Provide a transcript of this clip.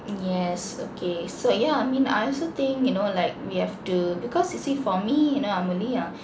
yes okay so yeah I mean I also think you know like we have to because you see for me you know I'm only uh